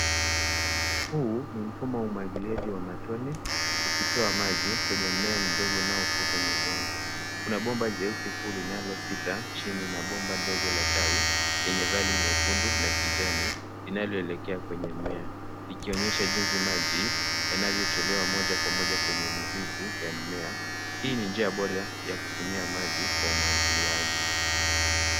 Huu ni mfumo wa umwagiliaji wa matone ukitoa maji kwenye mmea mdogo unaokua kwenye udongo. Kuna bomba jeusi kuu linalopita chini na bomba dogo la tawi lenye rangi nyekundu na kijani linaloelekea kwenye mmea, likionyesha jinsi maji yanavyotolewa moja kwa moja kwenye mzizi ya mmea. Hii ni njia bora ya kutumia maji kwa umwagiliaji.